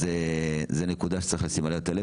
זו נקודה שצריך לשים אליה לב,